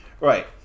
Right